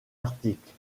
articles